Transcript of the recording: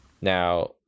Now